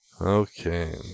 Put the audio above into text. okay